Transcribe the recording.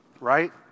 Right